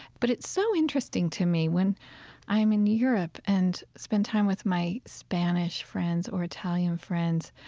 but it's so interesting to me when i'm in europe and spend time with my spanish friends or italian friends,